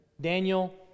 Daniel